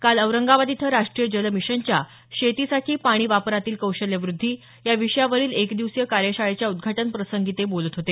काल औरंगाबाद इथं राष्टीय जल मिशनच्या शेतीसाठी पाणी वापरातील कौशल्यवृद्धी या विषयावरील एक दिवसीय कार्यशाळेच्या उद्घाटनाप्रसंगी ते बोलत होते